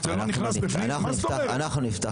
זה לא נכנס בפנים,